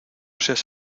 seas